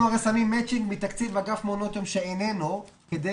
הרי אנחנו שמים מאצ'ינג מתקציב אגף מעונות יום שאיננו כדי